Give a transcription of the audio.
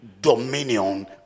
dominion